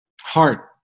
heart